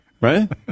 Right